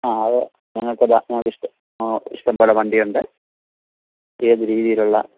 ആ ആ അതെ നിങ്ങൾക്ക് ഇതാ നിങ്ങൾക്ക് ഇഷ്ടംപോലെ വണ്ടിയുണ്ട് ഏതു രീതിയിലുള്ള